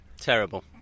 Terrible